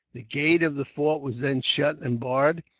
the gate of the fort was then shut and barred,